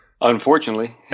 Unfortunately